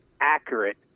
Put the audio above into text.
Accurate